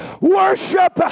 Worship